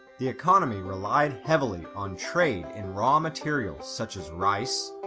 the economy relied heavily on trade in raw materials such as rice,